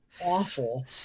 awful